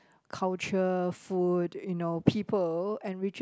culture food you know people and we just